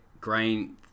grain